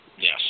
yes